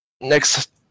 next